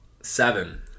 Seven